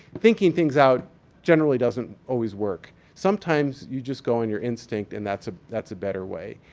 thinking things out generally doesn't always work. sometimes, you just go on your instinct and that's ah that's a better way.